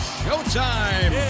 showtime